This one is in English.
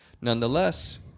nonetheless